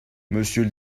monsieur